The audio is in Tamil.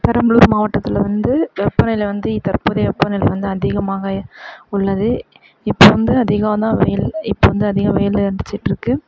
பெரம்பலூர் மாவட்டத்தில் வந்து வெப்பநிலை வந்து தற்போதைய வெப்பநிலை வந்து அதிகமாக உள்ளது இப்போ வந்து அதிகம்தான் வெயில் இப்போ வந்து அதிக வெயில் அடிச்சுட்ருக்கு